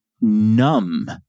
numb